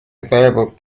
available